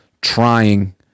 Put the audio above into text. trying